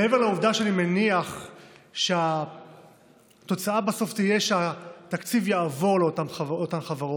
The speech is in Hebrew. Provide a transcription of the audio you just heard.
מעבר לעובדה שאני מניח שהתוצאה בסוף תהיה שהתקציב יעבור לאותן חברות,